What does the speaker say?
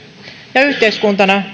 ja yhteiskuntana